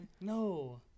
No